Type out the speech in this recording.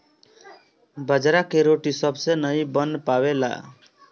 बाजरा के रोटी सबसे नाई बन पावेला